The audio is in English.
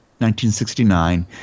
1969